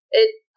it-